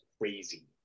crazy